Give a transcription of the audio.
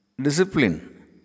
Discipline